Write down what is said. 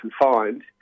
Confined